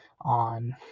on